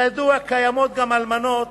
כידוע, קיימות גם אלמנות